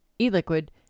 e-liquid